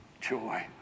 joy